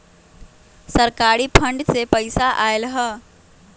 सरकारी फंड से पईसा आयल ह?